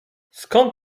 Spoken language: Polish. skąd